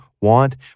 want